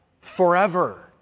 forever